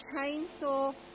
chainsaw